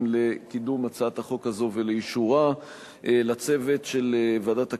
לקידום הצעת החוק הזאת ולאישורה; לצוות של ועדת הכנסת,